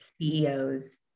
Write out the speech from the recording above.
CEOs